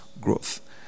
growth